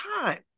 time